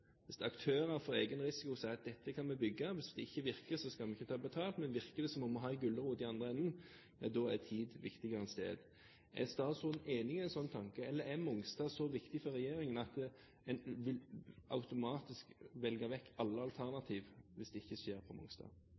Hvis aktører for egen risiko sier at dette kan vi bygge, men hvis det ikke virker, skal vi ikke ta betalt, men virker det, må vi ha en gulrot i den andre enden: Da er tid viktigere enn sted. Er statsråden enig i en slik tanke? Eller er Mongstad så viktig for regjeringen at en automatisk vil velge vekk alle alternativer hvis det ikke skjer på Mongstad?